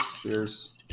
Cheers